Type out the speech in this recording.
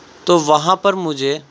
تو وہاں پر مجھے